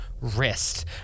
wrist